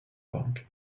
bank